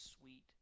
sweet